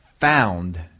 found